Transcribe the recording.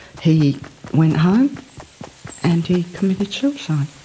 he went home and he committed suicide.